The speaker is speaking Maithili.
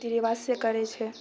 रीति रिवाज सँ करै छै